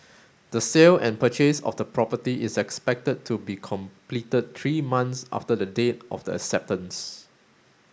the sale and purchase of the property is expected to be completed three months after the date of the acceptance